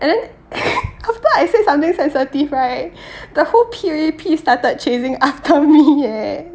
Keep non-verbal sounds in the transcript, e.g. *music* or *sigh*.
and then *laughs* after I said something sensitive right the whole P_A_P started chasing after me eh